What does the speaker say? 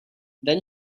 then